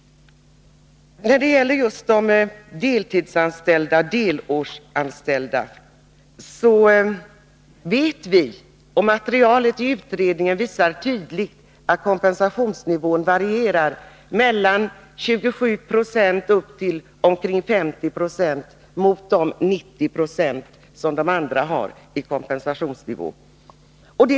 När det gäller just de deltidsanställda vet vi, och materialet i utredningen visar detta tydligt, att kompensationsnivån varierar mellan 27 96 och upp till omkring 50 96 jämfört med 90 76 kompensationsnivå för andra.